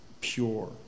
pure